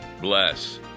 bless